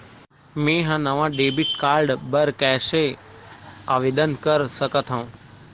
मेंहा नवा debit card बर कैसे आवेदन कर सकथव?